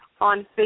on